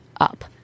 up